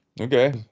Okay